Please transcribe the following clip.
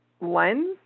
lens